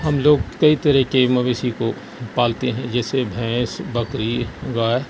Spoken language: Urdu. ہم لوگ کئی طرح کے مویشی کو پالتے ہیں جیسے بھینس بکری گائے